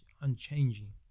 unchanging